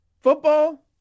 football